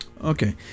Okay